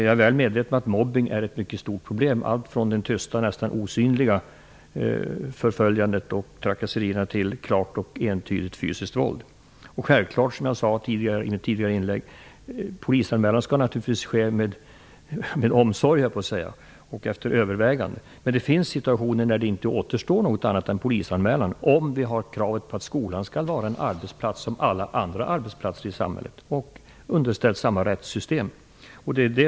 Jag är väl medveten om att mobbning är ett mycket stort problem - allt från det tysta, nästan osynliga förföljandet och trakassierna till klart och entydigt fysiskt våld. Som jag sade i mitt tidigare inlägg skall självklart polisanmälan ske med omsorg, så att säga, och efter övervägande. Men det finns situationer när det inte återstår något annat än polisanmälan om vi har kravet att skolan skall vara en arbetsplats som alla andra arbetsplatser i samhället, underställd samma rättssystem.